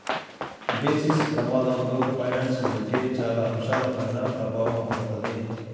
basis ప్రమాదంలో finance ఉంటే చాలా అంశాలపైన ప్రభావం పడతది